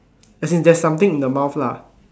as in there is something in the mouth lah